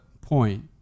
point